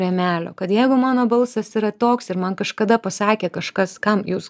rėmelio kad jeigu mano balsas yra toks ir man kažkada pasakė kažkas kam jūs